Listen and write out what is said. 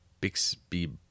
Bixby